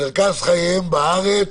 מרכז חייהם בארץ.